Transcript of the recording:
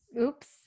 Oops